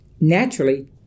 Naturally